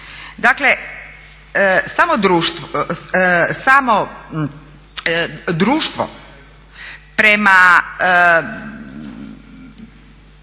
Dakle, samo društvo, samo